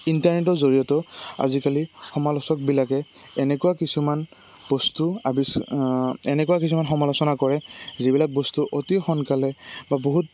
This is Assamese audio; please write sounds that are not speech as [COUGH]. ইণ্টাৰনেটৰ জৰিয়তেও আজিকালি সমালোচকবিলাকে এনেকুৱা কিছুমান বস্তু [UNINTELLIGIBLE] এনেকুৱা কিছুমান সমালোচনা কৰে যিবিলাক বস্তু অতি সোনকালে বা বহুত